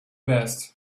best